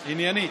עניינית.